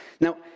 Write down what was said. Now